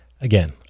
again